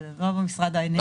אבל לא במשרד האנרגיה.